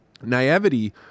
naivety